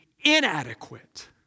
inadequate